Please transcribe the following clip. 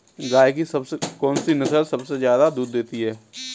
गाय की कौनसी नस्ल सबसे ज्यादा दूध देती है?